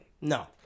No